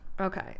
Okay